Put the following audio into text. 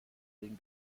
den